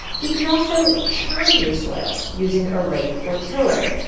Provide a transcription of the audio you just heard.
you can also churn your soil using a rake or tiller,